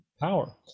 power